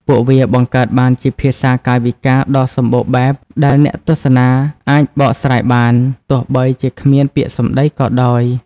ពួកវាបង្កើតបានជាភាសាកាយវិការដ៏សម្បូរបែបដែលអ្នកទស្សនាអាចបកស្រាយបាន ទោះបីជាគ្មានពាក្យសម្តីក៏ដោយ។